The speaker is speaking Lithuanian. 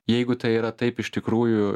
jeigu tai yra taip iš tikrųjų